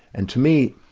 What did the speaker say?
and to me,